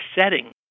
setting